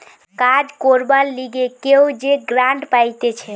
কাজ করবার লিগে কেউ যে গ্রান্ট পাইতেছে